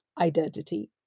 identity